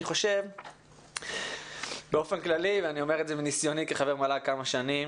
אני חושב באופן כללי ואני אומר את זה מניסיוני כחבר מל"ג כמה שנים,